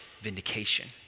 vindication